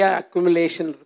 accumulation